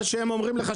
מה שהוא אומר לך,